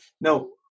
no